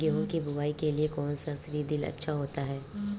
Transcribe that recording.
गेहूँ की बुवाई के लिए कौन सा सीद्रिल अच्छा होता है?